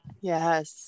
Yes